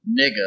nigga